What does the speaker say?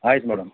ಆಯಿತು ಮೇಡಮ್